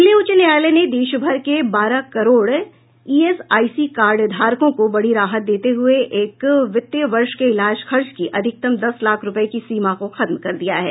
दिल्ली उच्च न्यायालय ने देश भर के बारह करोड़ ईएसआईसी कार्डधारकों को बड़ी राहत देते हुए एक वित्त वर्ष कें इलाज खर्च की अधिकतम दस लाख रूपये की सीमा को खत्म कर दिया है